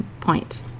point